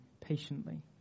patiently